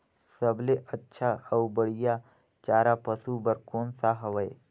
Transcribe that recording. सबले अच्छा अउ बढ़िया चारा पशु बर कोन सा हवय?